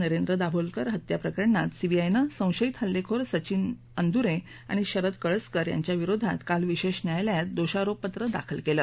नरेंद्र दाभोलकर हत्या प्रकरणात सीबीआयनं संशयित हल्लेखोर सचिन अंदुरे आणि शरद कळसकर यांच्या विरोधात काल विशेष न्यायालयात दोषारोपपत्र दाखल केलं